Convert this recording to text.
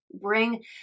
Bring